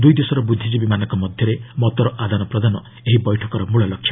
ଦୁଇଦେଶର ବୁଦ୍ଧିଜୀବୀମାନଙ୍କ ମଧ୍ୟରେ ମତର ଆଦାନ ପ୍ରଦାନ ଏହି ବୈଠକର ମୂଳଲକ୍ଷ୍ୟ